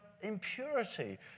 impurity